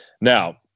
Now